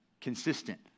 consistent